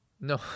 No